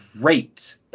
great